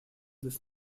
this